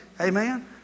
Amen